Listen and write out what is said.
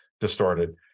distorted